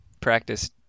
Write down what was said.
practice